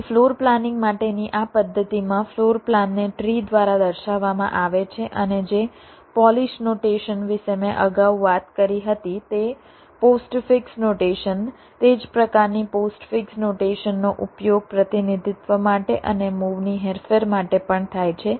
તેથી floor planning માટેની આ પદ્ધતિમાં ફ્લોર પ્લાનને ટ્રી દ્વારા દર્શાવવામાં આવે છે અને જે પોલિશ નોટેશન વિશે મેં અગાઉ વાત કરી હતી તે પોસ્ટફિક્સ નોટેશન તે જ પ્રકારની પોસ્ટફિક્સ નોટેશનનો ઉપયોગ પ્રતિનિધિત્વ માટે અને મૂવની હેરફેર માટે પણ થાય છે